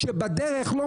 יש לך את